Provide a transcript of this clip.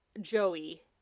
Joey